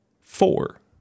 four